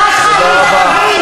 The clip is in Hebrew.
את והחברה שלך עליזה לביא.